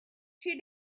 two